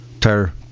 tire